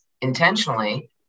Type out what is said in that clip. intentionally